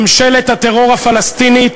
ממשלת הטרור הפלסטינית